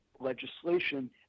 legislation